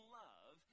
love